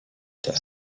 tard